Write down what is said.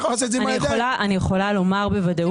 מחר הוא יכול לעשות את זה עם הידיים.